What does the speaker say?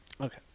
Okay